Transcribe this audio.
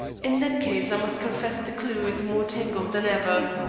in that case i must confess the clue is more tangled than ever.